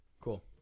Cool